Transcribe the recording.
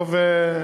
טוב,